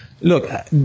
Look